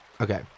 Okay